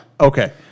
Okay